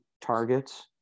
targets